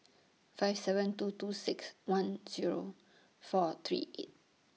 five seven two two six one Zero four three eight